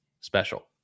special